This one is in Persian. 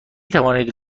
توانید